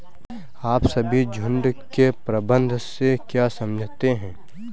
आप सभी झुंड के प्रबंधन से क्या समझते हैं?